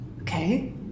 Okay